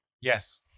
Yes